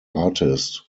artist